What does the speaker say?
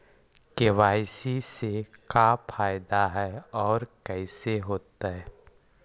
KYC से का फायदा है और कैसे होतै?